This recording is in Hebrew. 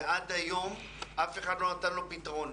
ועד היום אף אחד לא נתן לו פתרון.